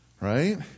right